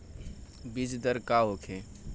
बीजदर का होखे?